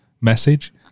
message